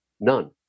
None